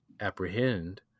apprehend